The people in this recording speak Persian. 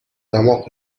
دماغ